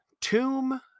Tomb